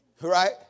Right